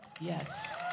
Yes